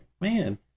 man